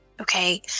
okay